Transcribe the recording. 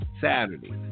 Saturday